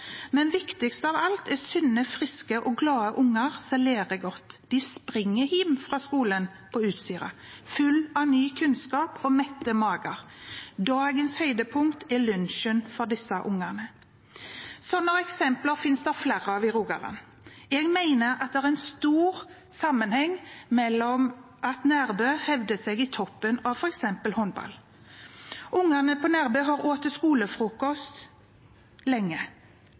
men viktigst av alt er sunne, friske og glade unger som lærer godt. De springer hjem fra skolen på Utsira, full av ny kunnskap og med mette mager. Dagens høydepunkt for disse ungene er lunsjen. Slike eksempel finnes det flere av i Rogaland. Jeg mener det er en stor sammenheng med at Nærbø hevder seg i toppen av f.eks. håndball. Ungene på Nærbø har spist skolefrokost lenge.